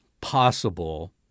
possible